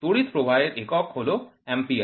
তড়িৎ প্রবাহের একক Amp